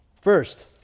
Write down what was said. First